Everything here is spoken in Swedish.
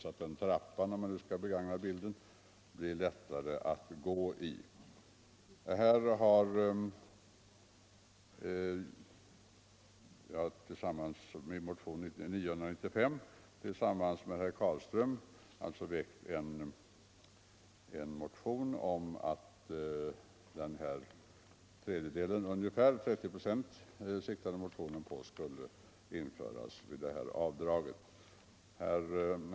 Jag har tillsammans med herr Carlström väckt motionen 995 med hemställan om att ifrågavarande avdrag skall minskas från hälften till 30 procent av sidoinkomsten.